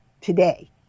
today